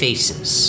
Faces